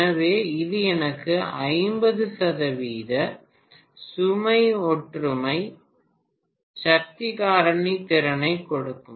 எனவே இது எனக்கு 50 சதவீத சுமை ஒற்றுமை சக்தி காரணி திறனைக் கொடுக்கும்